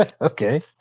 okay